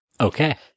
Okay